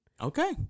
Okay